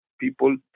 people